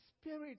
spirit